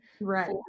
right